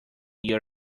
year